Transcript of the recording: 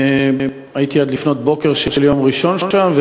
הייתי עד לפנות בוקר של יום ראשון שם,